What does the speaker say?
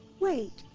wait,